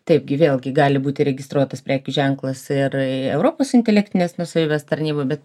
taipgi vėlgi gali būti įregistruotas prekių ženklas ir į europos intelektinės nuosavybės tarnybą bet